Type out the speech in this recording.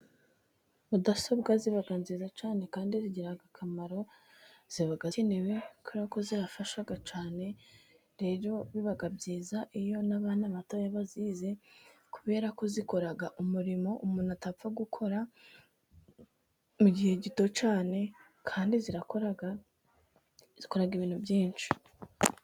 Mudasobwa ziba nziza cyane kandi zigira akamaro, ziba zikenewe kuko zifashaga cyane, rero biba byiza iyo n'abana bato bazize kubera ko zikora umurimo umuntu atapfa gukora mu gihe gito cyane kandi zirakora zikora ibintu byinshi.